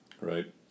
right